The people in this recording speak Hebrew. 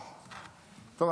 טוב,